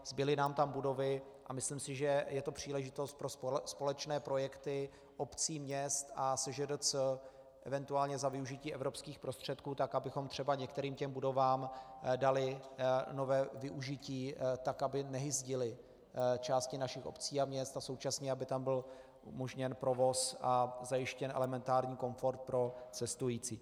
Zbyly nám tam budovy a myslím si, že je to příležitost pro společné projekty obcí, měst a SŽDC, eventuálně za využití evropských prostředků, tak abychom třeba některým těm budovám dali nové využití, tak aby nehyzdily části našich obcí a měst a současně aby tam byl umožněn provoz a zajištěn elementární komfort pro cestující.